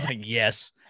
yes